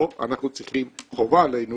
לא, אנחנו צריכים, חובה עלינו